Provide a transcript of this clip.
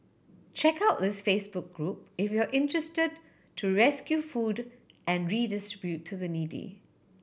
check out this Facebook group if you are interested to rescue food and redistribute to the needy